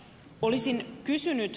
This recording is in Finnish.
olisin kysynyt